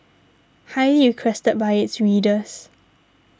highly requested by its readers